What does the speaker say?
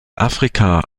afrika